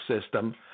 system